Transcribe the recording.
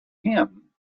him